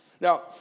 Now